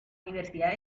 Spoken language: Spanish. universidad